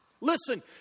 Listen